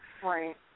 Right